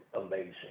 amazing